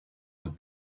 had